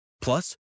Plus